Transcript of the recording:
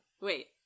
Wait